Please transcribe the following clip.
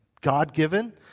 God-given